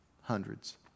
hundreds